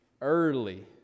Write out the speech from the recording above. early